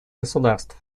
государств